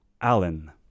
Allen